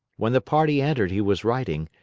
when the party entered he was writing,